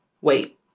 wait